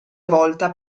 volta